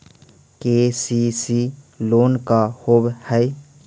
KCC loan का होब हइ?